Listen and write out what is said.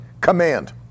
command